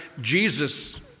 Jesus